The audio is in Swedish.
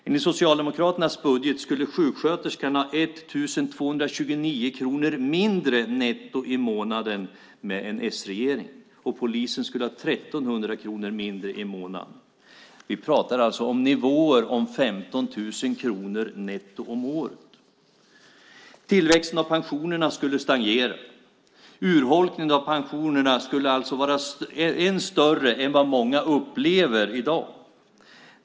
Enligt Socialdemokraternas budget skulle sjuksköterskan ha 1 229 kronor mindre netto i månaden med en s-regering, och polisen skulle ha 1 300 kronor mindre i månaden. Vi pratar alltså om nivåer på 15 000 kronor netto om året. Tillväxten av pensionerna skulle stagnera. Urholkningen av pensionerna skulle vara större än vad många upplever i dag.